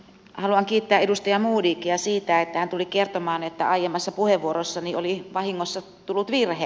haluan kiittää edustaja modigia siitä että hän tuli kertomaan että aiemmassa puheenvuorossani oli vahingossa tullut virhe